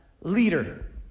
leader